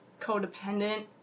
codependent